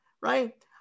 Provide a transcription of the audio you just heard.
right